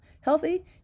healthy